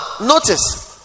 notice